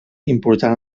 important